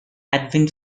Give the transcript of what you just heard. edwin